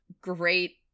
great